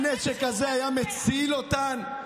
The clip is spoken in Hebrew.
הנשק הזה היה מציל אותן.